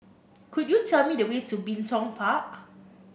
could you tell me the way to Bin Tong Park